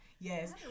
Yes